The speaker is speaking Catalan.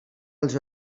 als